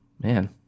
Man